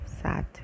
Sad